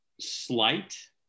slight